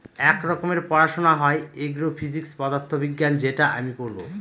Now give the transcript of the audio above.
এক রকমের পড়াশোনা হয় এগ্রো ফিজিক্স পদার্থ বিজ্ঞান যেটা আমি পড়বো